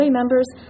members